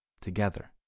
together